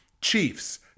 Chiefs